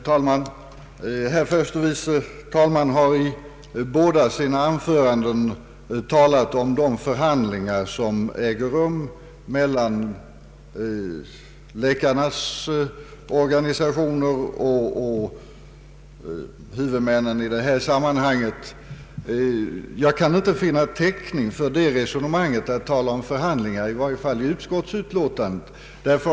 Herr talman! Herr förste vice talmannen Strand har i båda sina anföranden talat om de förhandlingar som äger rum mellan läkarnas organisationer och huvudmännen i detta sammanhang. Jag kan inte finna täckning för ett sådant resonemang om förhandlingar, i varje fall inte i utskottsutlåtandet.